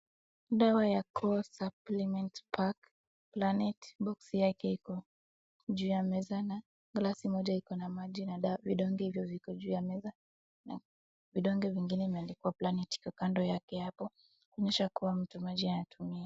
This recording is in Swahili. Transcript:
Dawa ya Core suplement pack Planet boksi yake iko juu ya meza na glasi moja iko na dawa na vidonge hivyo viko juu ya meza na vidonge vingine imeandikwa planet iko kando yake hapo. Inaonyesha kuwa mtumiaji anatumia.